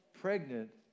pregnant